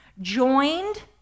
joined